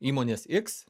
įmonės iks